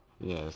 Yes